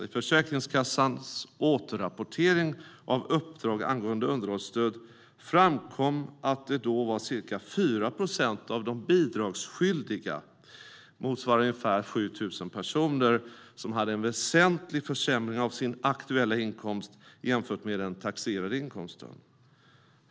I Försäkringskassans återrapportering av uppdrag angående underhållsstöd framkom att det då var ca 4 procent av de bidragsskyldiga, motsvarande ca 7 000 personer, som hade en väsentligt lägre aktuell inkomst jämfört med den taxerade inkomsten.